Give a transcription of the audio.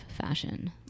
fashion